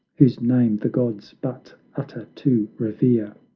whose name the gods but utter to revere!